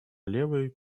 левой